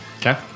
okay